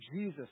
Jesus